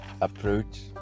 approach